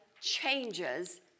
changes